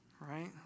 Right